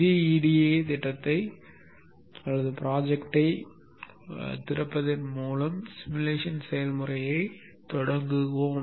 gEDA திட்டத்தை திறப்பதன் மூலம் உருவகப்படுத்துதல் செயல்முறையைத் தொடங்குவோம்